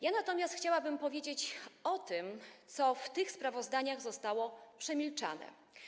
Ja natomiast chciałabym powiedzieć o tym, co w tych sprawozdaniach zostało przemilczane.